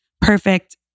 perfect